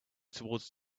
towards